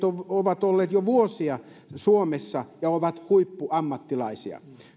ovat olleet jo vuosia suomessa ja ovat huippuammattilaisia